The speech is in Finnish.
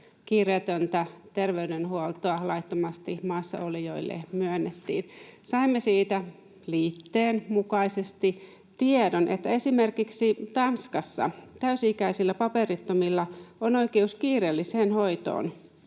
kiireetöntä terveydenhuoltoa laittomasti maassa oleville myönnettiin. Saimme siitä liitteen mukaisesti tiedon, että esimerkiksi Tanskassa täysi-ikäisillä paperittomilla on oikeus kiireelliseen hoitoon